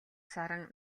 саран